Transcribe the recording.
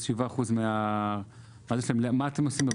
מה אתם עושים?